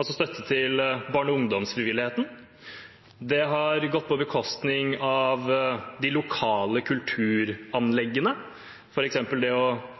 altså støtte til barne- og ungdomsfrivilligheten. Det har gått på bekostning av de lokale kulturanleggene, f.eks. det å